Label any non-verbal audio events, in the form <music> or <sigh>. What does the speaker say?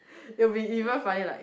<breath> it'll be even funny like